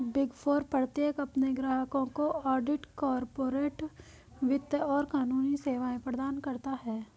big four प्रत्येक अपने ग्राहकों को ऑडिट, कॉर्पोरेट वित्त और कानूनी सेवाएं प्रदान करता है